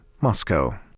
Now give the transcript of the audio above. Moscow